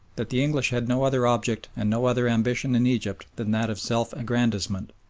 that the english had no other object and no other ambition in egypt than that of self-aggrandisement.